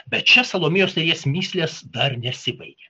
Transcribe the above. bet čia salomėjos nėries mįslės dar nesibaigė